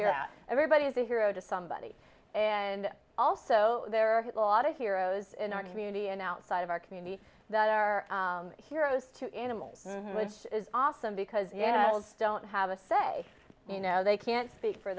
here that everybody is a hero to somebody and also there are a lot of heroes in our community and outside of our community that are heroes to animals which is awesome because the animals don't have a say you know they can't speak for